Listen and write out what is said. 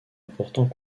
importants